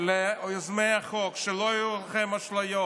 ליוזמי החוק: שלא יהיו לכם אשליות,